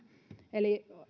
eli